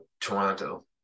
Toronto